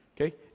Okay